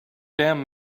damn